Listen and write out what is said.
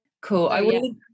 Cool